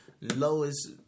lowest